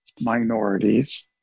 minorities